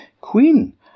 Queen